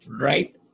Right